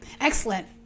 Excellent